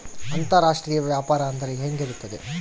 ಅಂತರಾಷ್ಟ್ರೇಯ ವ್ಯಾಪಾರ ಅಂದರೆ ಹೆಂಗೆ ಇರುತ್ತದೆ?